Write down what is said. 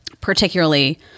particularly